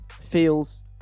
feels